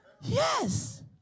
Yes